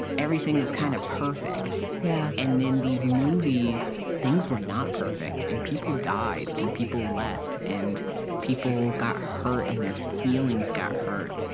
everything was kind of perfect. yeah and in these movies, things were not perfect, and people died, and people left, and people got hurt, and their feelings got hurt.